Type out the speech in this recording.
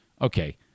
Okay